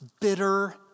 bitter